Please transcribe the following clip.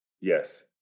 Yes